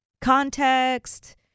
context